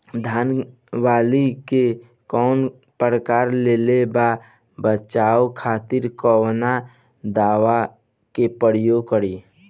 धान के वाली में कवक पकड़ लेले बा बचाव खातिर कोवन दावा के प्रयोग करी?